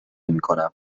میکنم